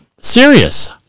Serious